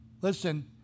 Listen